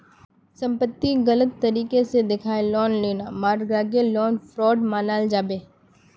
संपत्तिक गलत तरीके से दखाएँ लोन लेना मर्गागे लोन फ्रॉड मनाल जाबे